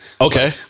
Okay